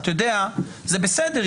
זה בסדר,